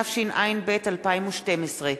התשע"ב 2012,